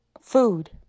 Food